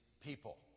people